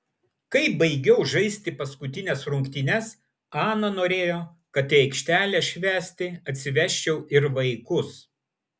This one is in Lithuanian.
kai baigiau žaisti paskutines rungtynes ana norėjo kad į aikštelę švęsti atsivesčiau ir vaikus